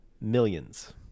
millions